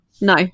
No